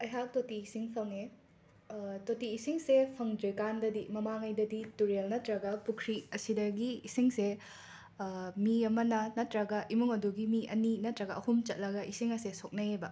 ꯑꯩꯍꯥꯛ ꯇꯣꯇꯤ ꯏꯁꯤꯡ ꯐꯪꯉꯦ ꯇꯣꯇꯤ ꯏꯁꯤꯡꯁꯦ ꯐꯪꯗ꯭ꯔꯤꯀꯥꯟꯗꯗꯤ ꯃꯃꯥꯡꯉꯩꯗꯗꯤ ꯇꯨꯔꯦꯜ ꯅꯠꯇ꯭ꯔꯒ ꯄꯨꯈ꯭ꯔꯤ ꯑꯁꯤꯗꯒꯤ ꯏꯁꯤꯡꯁꯦ ꯃꯤ ꯑꯃꯅ ꯅꯠꯇ꯭ꯔꯒ ꯏꯃꯨꯡ ꯑꯗꯨꯒꯤ ꯃꯤ ꯑꯅꯤ ꯅꯠꯇ꯭ꯔꯒ ꯑꯍꯨꯝ ꯆꯠꯂꯒ ꯏꯁꯤꯡ ꯑꯁꯦ ꯁꯣꯛꯅꯩꯌꯦꯕ